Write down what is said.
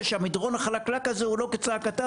ושהמדרון החלקלק הזה הוא לא כצעקתה